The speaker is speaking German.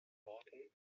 worten